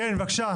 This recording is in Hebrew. כן, בבקשה.